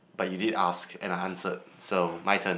but you did ask and I answered so my turn